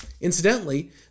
Incidentally